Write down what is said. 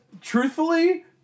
truthfully